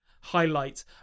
Highlight